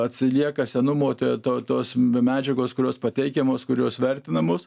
atsilieka senumo to tos m medžiagos kurios pateikiamos kurios vertinamos